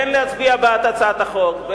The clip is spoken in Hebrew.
כן להצביע בעד הצעת החוק,